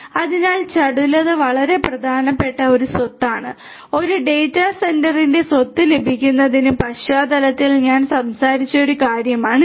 അതിനാൽ ചടുലത വളരെ പ്രധാനപ്പെട്ട ഒരു സ്വത്താണ് ഒരു ഡാറ്റാ സെന്ററിന്റെ സ്വത്ത് ലഭിക്കുന്നതിന്റെ പശ്ചാത്തലത്തിൽ ഞാൻ സംസാരിച്ച ഒരു കാര്യമാണിത്